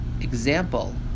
example